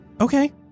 okay